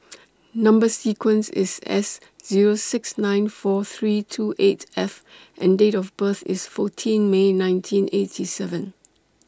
Number sequence IS S Zero six nine four three two eight F and Date of birth IS fourteen May nineteen eighty seven